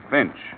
Finch